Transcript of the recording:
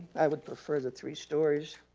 i would prefer the three stories.